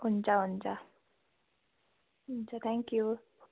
हुन्छ हुन्छ हुन्छ थ्याङ्क यू